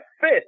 fit